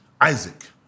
Isaac